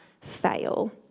fail